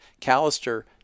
Callister